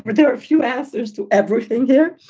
but there are a few answers to everything there.